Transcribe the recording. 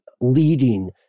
leading